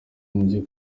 muri